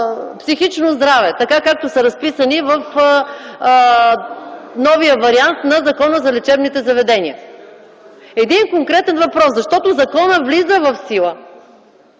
психично здраве, както са разписани в новия вариант на Закона за лечебните заведения. Един конкретен въпрос, защото законът влиза в сила